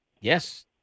Yes